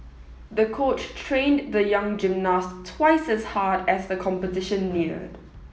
the coach trained the young gymnast twice as hard as the competition neared